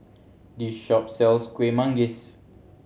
this shop sells Kueh Manggis